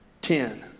ten